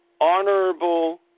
honorable